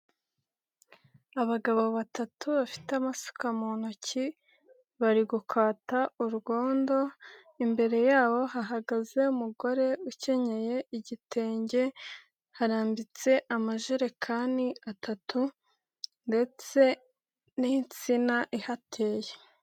Abagabo batatu bafite amasuka mu ntoki bari gukata urwondo, imbere yabo hahagaze umugore ukenyeye igitenge, harambitse amajerekani atatu ndetse n'insina ihateye.